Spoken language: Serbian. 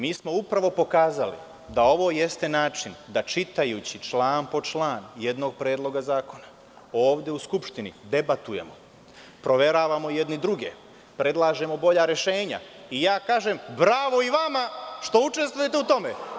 Mi smo upravo pokazali da ovo jeste način da čitajući član po član jednog predloga zakona ovde u Skupštini debatujemo, proveravamo jedni druge, predlažemo bolja rešenja i ja kažem - bravo i vama što učestvujete u tome.